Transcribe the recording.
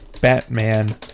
Batman